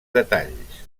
detalls